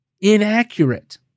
inaccurate